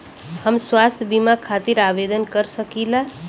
हम स्वास्थ्य बीमा खातिर आवेदन कर सकीला?